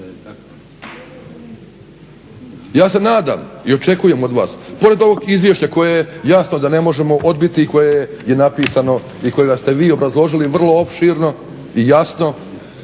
Ja se nadam i očekujem od vas pored ovog Izvješća koje jasno da ne možemo odbiti i koje je napisano i kojima ste vi obrazložili vrlo opširno i jasno